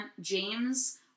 James